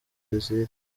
brezil